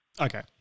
Okay